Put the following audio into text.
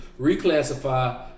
reclassify